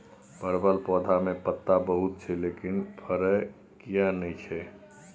परवल पौधा में पत्ता बहुत छै लेकिन फरय किये नय छै?